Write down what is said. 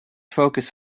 focus